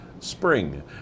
Spring